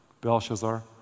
Belshazzar